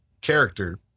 character